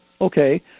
Okay